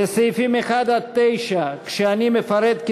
אני לא שומע התנגדויות להודעה הזאת.